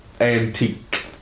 antique